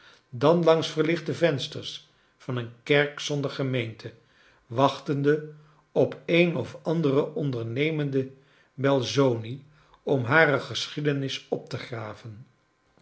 dan langs verlicbte vensters van een kerk zonder gemeente wachtende op een of anderen ondernemenden belzoni om hare geschiedenis op te graven